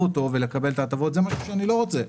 את הדירות ולקבל את ההטבות זה משהו שאני לא רוצה.